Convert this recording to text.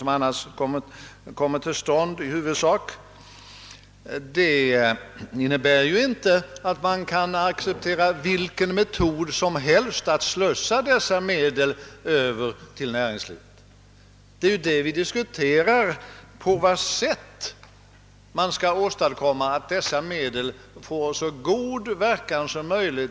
Man häpnar onekligen, herr talman, när man hör regeringen tala om att det behövs stora kapitalbelopp till strukturrationalisering utan att den sedan tar upp någon diskussion om hur den totala kapitaltillgången skall bli tillräcklig.